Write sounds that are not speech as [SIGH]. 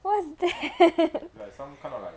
what's that [LAUGHS]